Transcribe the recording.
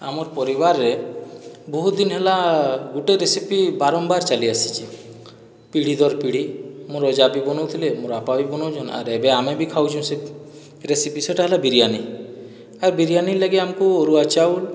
ଆମର୍ ପରିବାରରେ ବହୁତ ଦିନ ହେଲା ଗୋଟିଏ ରେସିପି ବାରମ୍ବାର ଚାଲି ଆସିଛି ପିଢ଼ୀଦର ପିଢ଼ୀ ମୋର ଅଜା ବି ବନଉଥିଲେ ମୋର ବାପା ବି ବନଉଛନ୍ ଆର୍ ଏବେ ଆମେ ବି ଖାଉଛୁଁ ସେ ରେସିପି ସେହିଟା ହେଲା ବିରିୟାନି ଆର୍ ବିରିୟାନି ଲାଗି ଆମକୁ ଅରୁଆ ଚାଉଲ୍